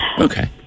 Okay